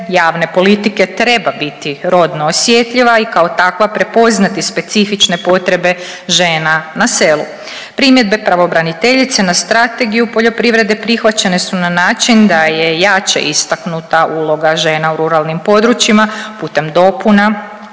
javne politike treba biti rodno osjetljiva i kao takva prepoznati specifične potrebe žena na selu. Primjedbe pravobraniteljice na Strategiju poljoprivrede prihvaćene su na način da je jače istaknuta uloga žena u ruralnim područjima putem dopuna